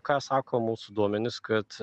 ką sako mūsų duomenys kad